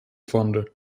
founder